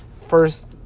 first